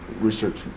research